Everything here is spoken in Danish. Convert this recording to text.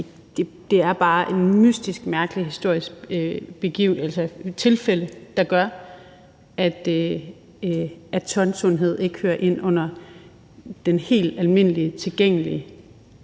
Det er bare nogle mystiske, mærkelige tilfælde, der gør, at tandsundhed ikke hører ind under det helt almindelige, tilgængelige